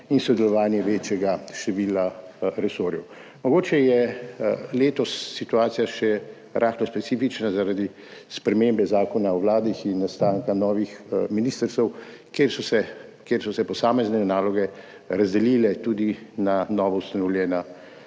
in sodelovanje večjega števila resorjev. Mogoče je letos situacija še rahlo specifična zaradi spremembe Zakona o Vladi Republike Slovenije in nastanka novih ministrstev, kjer so se posamezne naloge razdelile tudi na novoustanovljena